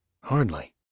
Hardly